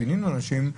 פינינו אנשים למלוניות,